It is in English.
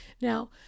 Now